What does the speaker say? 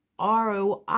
ROI